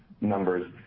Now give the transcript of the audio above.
numbers